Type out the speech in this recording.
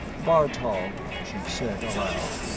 bartol, she said aloud.